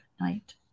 night